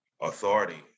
authority